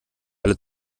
alle